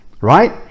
right